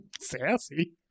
Sassy